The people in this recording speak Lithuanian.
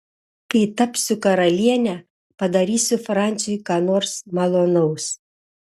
kai tapsiu karaliene padarysiu franciui ką nors malonaus